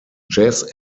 jazz